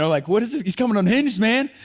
like what is this, he's coming unhinged, man.